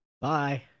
bye